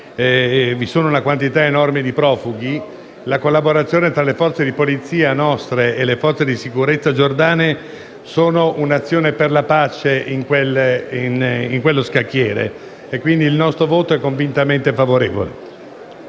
ospita una quantità enorme di profughi. La collaborazione tra le nostre forze di polizia e le forze di sicurezza giordane è dunque un'azione per la pace in quello scacchiere. Il nostro voto, quindi, sarà convintamente favorevole.